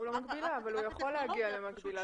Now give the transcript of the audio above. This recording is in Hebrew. הוא לא מקבילה אבל הוא יכול להגיע למקבילה.